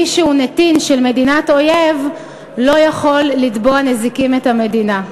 מי שהוא נתין של מדינת אויב לא יכול לתבוע בנזיקים את המדינה.